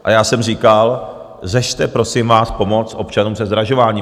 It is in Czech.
A já jsem říkal, řešte, prosím vás, pomoc občanům se zdražováním.